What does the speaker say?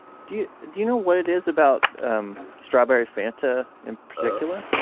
do you do you know what it is about um strawberry fanta in particular?